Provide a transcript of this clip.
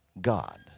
God